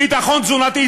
ביטחון תזונתי,